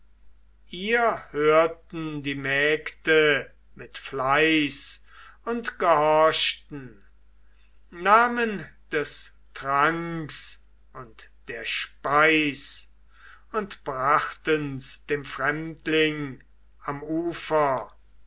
ihr hörten die mägde mit fleiß und gehorchten nahmen des tranks und der speis und brachten's dem fremdling am ufer